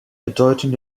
bedeutung